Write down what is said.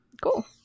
Cool